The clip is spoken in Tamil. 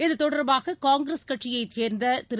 இதுதொடர்பாக காங்கிரஸ் கட்சியைச் சேர்ந்த திரு